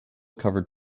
covered